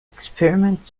experiment